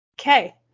Okay